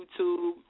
YouTube